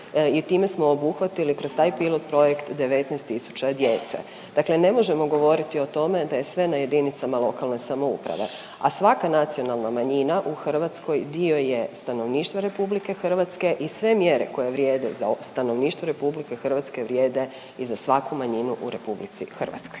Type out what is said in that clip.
I time smo obuhvatili kroz taj pilot projekt 19000 djece. Dakle, ne možemo govoriti o tome da je sve na jedinicama lokalne samouprave, a svaka nacionalna manjina u Hrvatskoj dio je stanovništva Republike Hrvatske i sve mjere koje vrijede za stanovništvo Republike Hrvatske vrijede i za svaku manjinu u Republici Hrvatskoj.